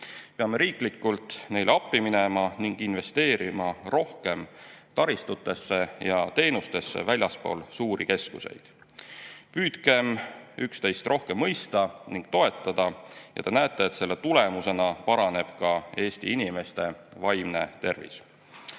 Peame riiklikult neile appi minema ning investeerima rohkem taristutesse ja teenustesse väljaspool suuri keskuseid. Püüdkem üksteist rohkem mõista ning toetada, ja te näete, et selle tulemusena paraneb ka Eesti inimeste vaimne tervis!